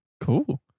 Cool